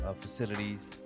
facilities